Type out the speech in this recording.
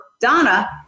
donna